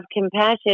compassion